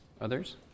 Others